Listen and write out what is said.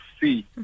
see